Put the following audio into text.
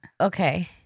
Okay